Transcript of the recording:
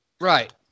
Right